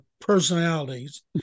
personalities